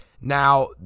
Now